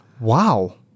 Wow